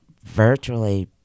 virtually